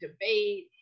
debate